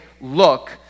look